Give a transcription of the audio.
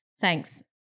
Thanks